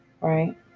right